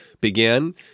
began